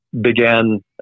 began